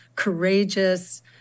courageous